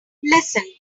listen